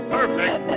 Perfect